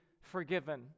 forgiven